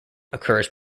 occurs